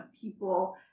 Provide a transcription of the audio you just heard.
people